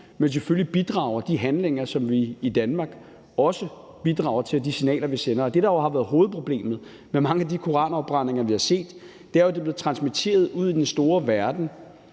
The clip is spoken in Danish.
Men selvfølgelig bidrager de handlinger, som sker i Danmark, og de signaler, vi sender. Det, der jo har været hovedproblemet med mange af de koranafbrændinger, vi har set, er, at de er blevet transmitteret ude i den store verden